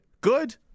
good